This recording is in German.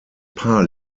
paar